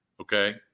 Okay